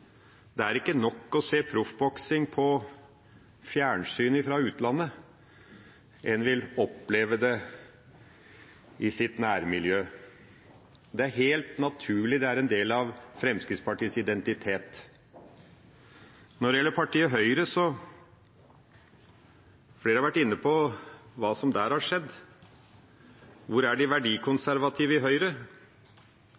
Det er ikke nok å se proffboksing fra utlandet på fjernsynet, en vil oppleve det i sitt nærmiljø. Det er helt naturlig, det er en del av Fremskrittspartiets identitet. Når det gjelder partiet Høyre, har flere vært inne på hva som der har skjedd. Hvor er de